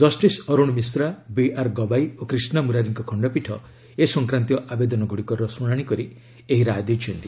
justice Arun Mishra B R Gavai ଓ କ୍ରିଷ୍ଣାମୁରାରିଙ୍କ ଖଣ୍ଡପୀଠ ଏସଂକ୍ରାନ୍ତୀୟ ଆବେଦନଗୁଡ଼ିକର ଶୁଣାଣି କରି ଏହି ରାୟ ଦେଇଛନ୍ତି